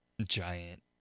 Giant